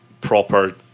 proper